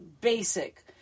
basic